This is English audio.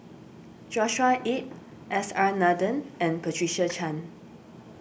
Joshua Ip S R Nathan and Patricia Chan